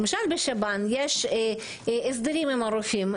למשל בשב"ן יש הסדרים עם הרופאים.